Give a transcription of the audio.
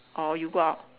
or you go out